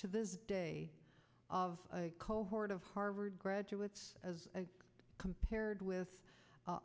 to this day of cohort of harvard graduates as compared with